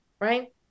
right